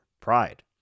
Pride